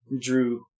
drew